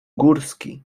górski